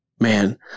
Man